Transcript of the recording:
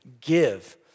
give